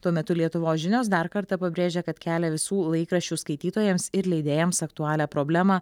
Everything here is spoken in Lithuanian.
tuo metu lietuvos žinios dar kartą pabrėžia kad kelia visų laikraščių skaitytojams ir leidėjams aktualią problemą